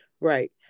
Right